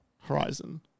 Horizon